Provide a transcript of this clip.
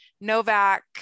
Novak